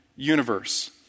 universe